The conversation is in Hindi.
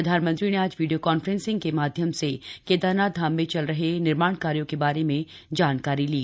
प्रधानमंत्री ने आज वीडियो कांफ्रेंस के माध्यम से केदारनाथ धाम में चल रहे निर्माण कार्यों के बारे में जानकारी ली